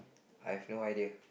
I have no idea